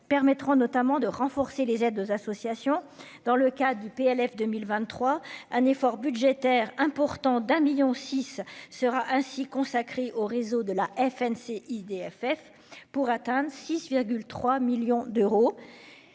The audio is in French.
permettront notamment de renforcer les aides aux associations dans le cas du PLF 2023 un effort budgétaire important d'un million six sera ainsi consacré au réseau de la FNC idée ff pour atteindre 6,3 millions d'euros,